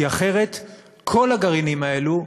כי אחרת כל הגרעינים האלה,